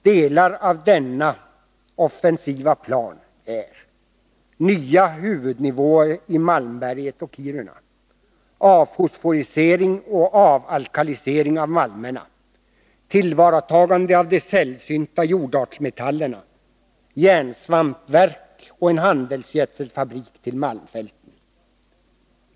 Delar av denna offensiva plan är nya huvudnivåer i Malmberget och Kiruna, avfosforisering och avalkalisering av malmerna, tillvaratagande av de sällsynta jordartsmetallerna, järnsvampverk och en handelsgödselfabrik till malmfälten.